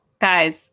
guys